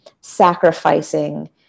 sacrificing